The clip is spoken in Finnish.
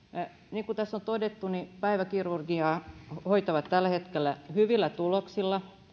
niin kuin tässä on todettu päiväkirurgiaa hoitavat tällä hetkellä hyvillä tuloksilla